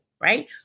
right